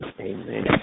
Amen